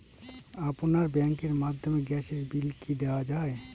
আপনার ব্যাংকের মাধ্যমে গ্যাসের বিল কি দেওয়া য়ায়?